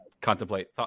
contemplate